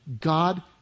God